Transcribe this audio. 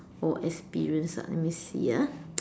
or experiences ah let me see ah